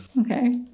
Okay